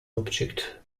object